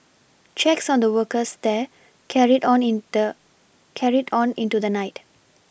checks on the workers there carried on in the carried on into the night